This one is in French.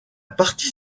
partie